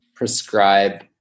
prescribe